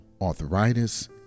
arthritis